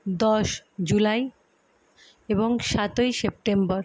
দশ জুলাই এবং সাতই সেপ্টেম্বর